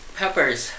peppers